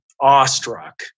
awestruck